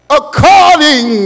according